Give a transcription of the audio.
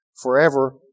forever